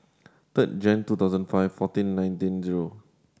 third Jane two thousand five fourteen nineteen zero